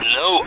no